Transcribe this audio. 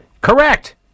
Correct